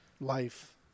life